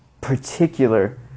particular